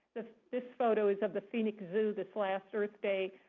this this photo is of the phoenix zoo this last earth day,